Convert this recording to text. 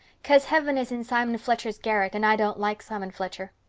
cause heaven is in simon fletcher's garret, and i don't like simon fletcher.